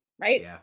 Right